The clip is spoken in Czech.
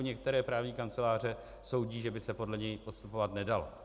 Některé právní kanceláře soudí, že by se podle něj postupovat nedalo.